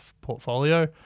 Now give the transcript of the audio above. portfolio